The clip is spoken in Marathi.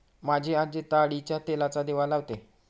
माझी आजी ताडीच्या तेलाचा दिवा लावते